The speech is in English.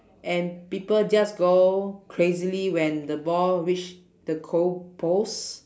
and people just go crazily when the ball reach the goal post